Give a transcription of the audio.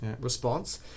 response